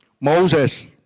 Moses